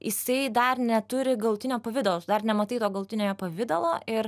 jisai dar neturi galutinio pavidalo tu dar nematai to galutinio jo pavidalo ir